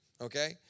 okay